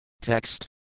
Text